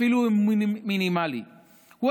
אפילו אם הוא מינימלי.